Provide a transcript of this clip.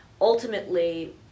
Ultimately